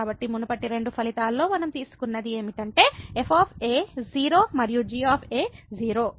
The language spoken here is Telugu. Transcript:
కాబట్టి మునుపటి రెండు ఫలితాల్లో మనం తీసుకున్నది ఏమిటంటే f 0 మరియు g 0